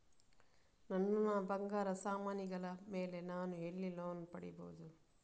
ನನ್ನ ಬಂಗಾರ ಸಾಮಾನಿಗಳ ಮೇಲೆ ನಾನು ಎಲ್ಲಿ ಲೋನ್ ಪಡಿಬಹುದು?